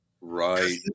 right